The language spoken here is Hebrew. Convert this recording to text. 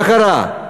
מה קרה?